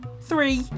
Three